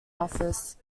office